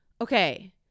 okay